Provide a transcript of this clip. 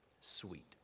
Sweet